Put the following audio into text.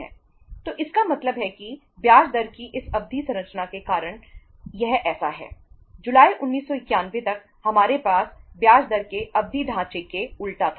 तो इसका मतलब यह है कि ब्याज दर की इस अवधि संरचना के कारण यह ऐसा है जुलाई 1991 तक हमारे पास ब्याज दर के अवधि ढांचे के उलट था